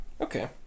Okay